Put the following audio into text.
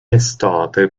estate